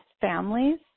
families